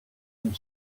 and